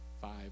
five